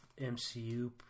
MCU